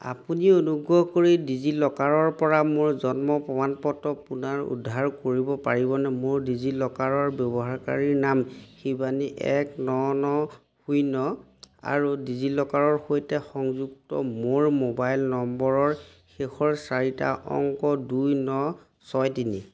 আপুনি অনুগ্ৰহ কৰি ডিজিলকাৰৰপৰা মোৰ জন্ম প্ৰমাণপত্ৰ পুনৰুদ্ধাৰ কৰিব পাৰিবনে মোৰ ডিজিলকাৰৰ ব্যৱহাৰকাৰী নাম শিৱানী এক ন ন শূন্য আৰু ডিজিলকাৰৰ সৈতে সংযুক্ত মোৰ মোবাইল নম্বৰৰ শেষৰ চাৰিটা অংক দুই ন ছয় তিনি